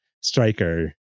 striker